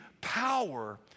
power